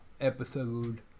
episode